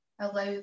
allow